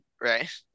right